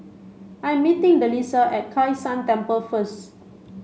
I am meeting Delisa at Kai San Temple first